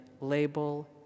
label